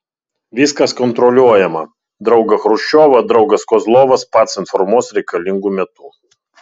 viskas kontroliuojama draugą chruščiovą draugas kozlovas pats informuos reikalingu metu